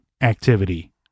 activity